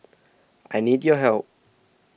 I need your help